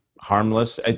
harmless